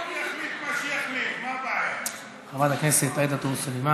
קראתי וקראתי, לא מצאתי פה גזענות.